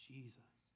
Jesus